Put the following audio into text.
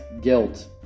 guilt